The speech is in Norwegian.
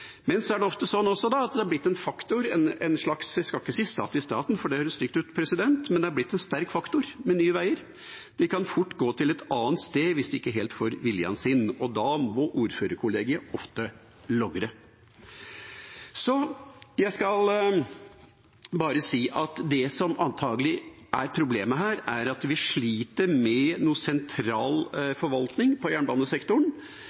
er ofte sånn også at det har blitt en faktor – jeg skal ikke si en slags stat i staten, for det høres stygt ut, men det har blitt en sterk faktor med Nye Veier. De kan fort gå til et annet sted hvis de ikke helt får viljen sin, og da må ordførerkollegiet ofte logre. Det som antakelig er problemet her, er at vi sliter med sentral forvaltning i jernbanesektoren. Det har også andre kommet inn på. Der må vi ta noen grep. Det ser vi med